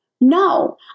No